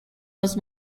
was